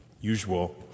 usual